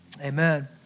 amen